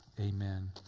Amen